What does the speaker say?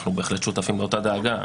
אנחנו בהחלט שותפים לאותה דאגה.